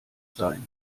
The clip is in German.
sein